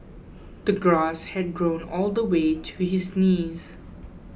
the grass had grown all the way to his knees